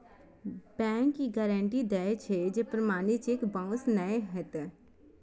bank ई guarantee दै छै, जे प्रमाणित चेक बाउंस नै हेतै